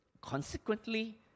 Consequently